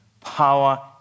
Power